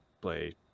play